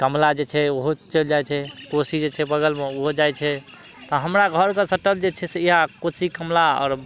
कमला जे छै ओहो चलि जाइ छै कोशी जे छै बगलमे ओहो जाइ छै तऽ हमरा घरके सटल जे छै से कोशी कमला आओर